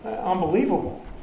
unbelievable